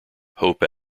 hope